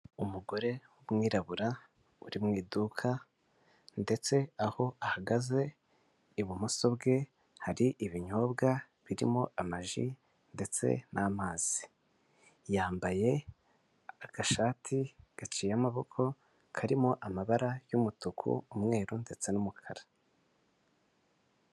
umugore w'umwirabura uri mu iduka, ndetse aho ahagaze ibumoso bwe hari ibinyobwa birimo amaji ndetse n'amazi yambaye agashati gaciye amaboko karimo amabara y'umutuku ,umweru ndetse n'umukara.